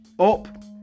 up